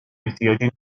احتیاجی